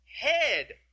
head